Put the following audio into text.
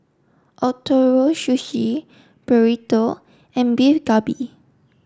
Ootoro Sushi Burrito and Beef Galbi